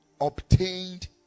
obtained